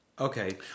Okay